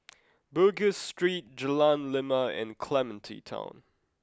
Bugis Street Jalan Lima and Clementi Town